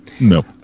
No